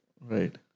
Right